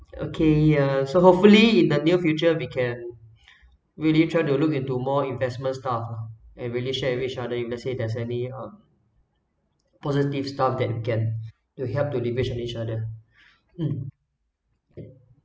okay yeah so hopefully in the near future we can really try to look into more investment stuff lah and really share with each other if let say there's any um positive stuff that can to help to leverage in each other mm